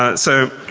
ah so